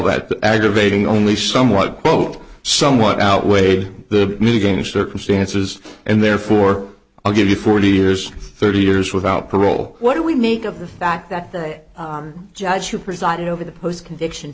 the aggravating only somewhat old somewhat outweighed the mitigating circumstances and therefore i'll give you forty years thirty years without parole what do we make of the fact that the judge who presided over the post conviction